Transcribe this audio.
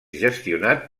gestionat